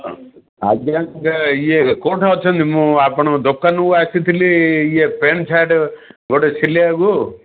ଆଜ୍ଞା ଆଜ୍ଞା ଇଏ କେଉଁଠି ଅଛନ୍ତି ମୁଁ ଆପଣଙ୍କ ଦୋକାନକୁ ଆସିଥିଲି ଇଏ ପେଣ୍ଟ ସାର୍ଟ ଗୋଟେ ସିଲାଇବାକୁ